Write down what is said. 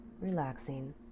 relaxing